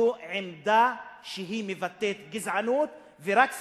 זו עמדה שמבטאת גזענות, ורק שנאה,